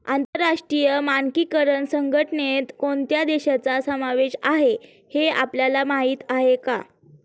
आंतरराष्ट्रीय मानकीकरण संघटनेत कोणत्या देशांचा समावेश आहे हे आपल्याला माहीत आहे का?